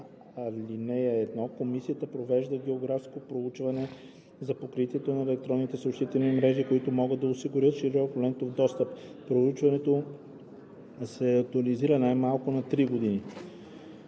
181а. (1) Комисията провежда географско проучване за покритието на електронните съобщителни мрежи, които могат да осигуряват широколентов достъп. Проучването се актуализира най малко на три години.